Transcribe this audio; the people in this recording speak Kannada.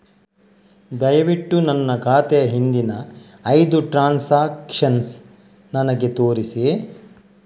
ದಯವಿಟ್ಟು ನನ್ನ ಖಾತೆಯ ಹಿಂದಿನ ಐದು ಟ್ರಾನ್ಸಾಕ್ಷನ್ಸ್ ನನಗೆ ತೋರಿಸಿ